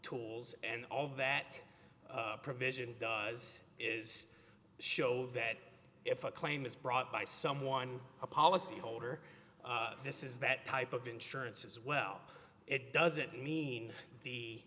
tools and all that provision does is show that if a claim is brought by someone a policy holder this is that type of insurance as well it doesn't mean the